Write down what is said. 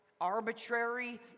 arbitrary